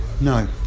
No